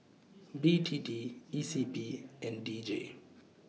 B T T E C P and D J